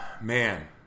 Man